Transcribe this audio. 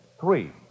Three